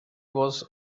was